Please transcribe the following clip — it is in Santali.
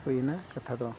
ᱦᱩᱭᱱᱟ ᱠᱟᱛᱷᱟ ᱫᱚ